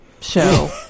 show